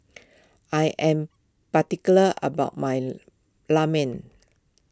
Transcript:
I am particular about my Ramen